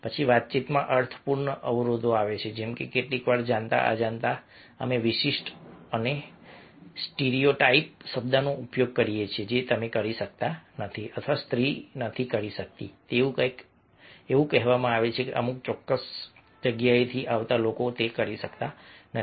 પછી વાતચીતમાં અર્થપૂર્ણ અવરોધો આવે છે જેમ કે કેટલીકવાર જાણતા અજાણતા અમે અશિષ્ટ અને સ્ટીરિયોટાઇપ શબ્દનો ઉપયોગ કરીએ છીએ જે તમે કરી શકતા નથી અથવા સ્ત્રી નથી કરી શકતી તેવું કંઈક એવું કહેવામાં આવે છે કે અમુક ચોક્કસ જગ્યાએથી આવતા લોકો કરી શકતા નથી